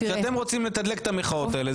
עכשיו אתם רוצים לתדלק את המחאות האלה,